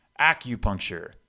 acupuncture